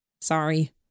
Sorry